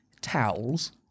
towels